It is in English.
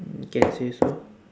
you can say so